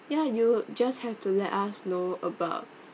ya you just have to let us know about